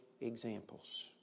examples